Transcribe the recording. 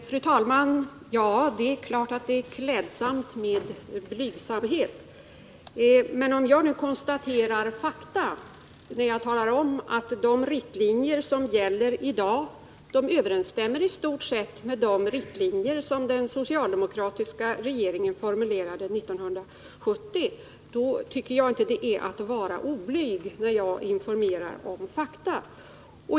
Fru talman! Det är klart att det är klädsamt med blygsamhet. Men om jag nu konstaterar fakta när jag talar om att de riktlinjer som gäller i dag i stort sett överensstämmer med de riktlinjer som den socialdemokratiska regeringen formulerade 1970, då tycker jag inte att det är att vara oblyg. Jag informerar ju om fakta.